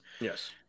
Yes